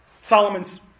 Solomon's